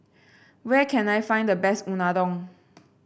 where can I find the best Unadon